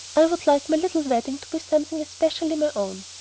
i would like my little wedding to be something especially my own.